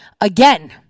again